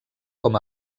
com